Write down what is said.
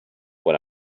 when